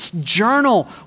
Journal